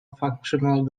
functional